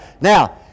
now